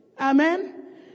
Amen